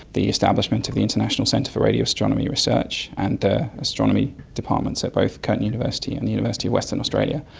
the establishment of the international centre for radioastronomy research, and the astronomy departments at both curtin university and the university of western australia,